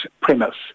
premise